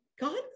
God